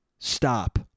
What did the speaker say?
stop